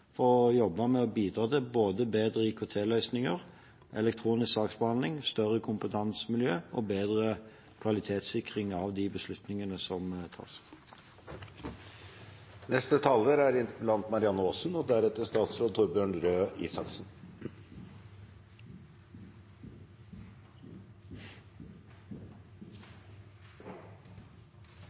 for å jobbe med å bidra til både bedre IKT-løsninger, elektronisk saksbehandling, større kompetansemiljø og bedre kvalitetssikring av de beslutningene som tas. Tusen takk til kollega Ruth Grung og